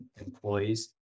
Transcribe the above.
employees